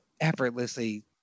effortlessly